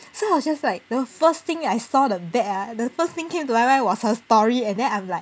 so I was just like the first thing I saw the bat ah the first thing came into my mind was her story and then I'm like